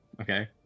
Okay